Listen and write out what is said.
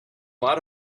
lot